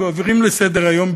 מעבירים לסדר-היום,